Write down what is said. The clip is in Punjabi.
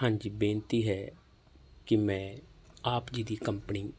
ਹਾਂਜੀ ਬੇਨਤੀ ਹੈ ਕਿ ਮੈਂ ਆਪ ਜੀ ਦੀ ਕੰਪਨੀ